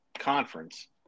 conference